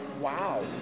Wow